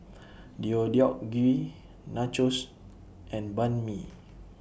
Deodeok Gui Nachos and Banh MI